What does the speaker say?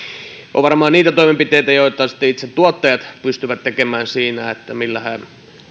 on varmaan niitä toimenpiteitä joita sitten tuottajat itse pystyvät tekemään siinä ja joilla he